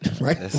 Right